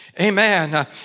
Amen